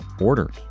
order